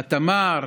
התמר,